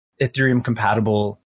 Ethereum-compatible